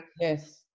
yes